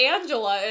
Angela